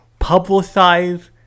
publicize